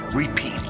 repeat